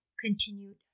continued